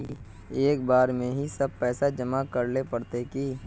एक बार में ही सब पैसा जमा करले पड़ते की?